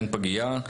אין פגיה,